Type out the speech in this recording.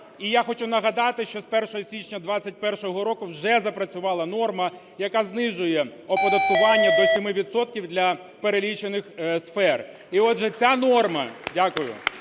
І я хочу нагадати, що з 1 січня 21-го року вже запрацювала норма, яка знижує оподаткування до 7 відсотків для перелічених сфер. І отже ця норма...